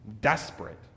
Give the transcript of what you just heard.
desperate